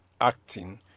acting